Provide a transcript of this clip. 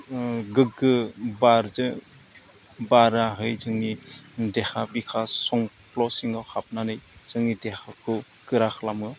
गोग्गो बारजों बाराहाय जोंनि देहा बिखा संख्ल' सिङाव हाबनानै जोंनि देहाखौ गोरा खालामो